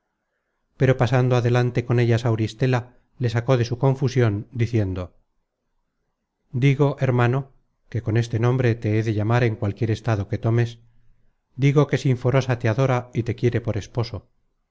pero pasando adelante con ellas auristela le sacó de su confusion diciendo digo hermano que con este nombre te he de llamar en cualquier estado que tomes digo que sinforosa te adora y te quiere por esposo